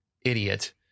idiot